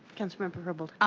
accounts member herbold?